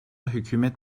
hükümet